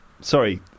Sorry